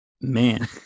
Man